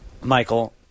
Michael